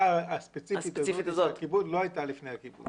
הספציפית הזו לא הייתה לפני הקיבוץ.